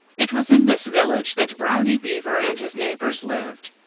it was in this village that brownie beaver and his neighbors lived.